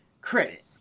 credit